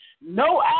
no